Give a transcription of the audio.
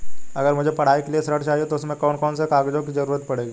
अगर मुझे पढ़ाई के लिए ऋण चाहिए तो उसमें कौन कौन से कागजों की जरूरत पड़ेगी?